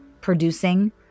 producing